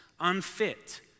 unfit